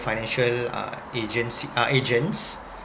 financial uh agency uh agents